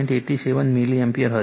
87o milliampere હશે